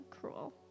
cruel